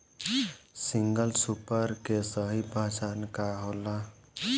Single super के सही पहचान का होला?